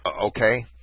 Okay